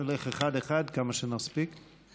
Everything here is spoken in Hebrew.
נלך אחד-אחד, כמה שנספיק.